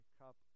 cup